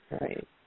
Right